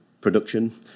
production